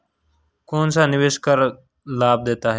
कौनसा निवेश कर लाभ देता है?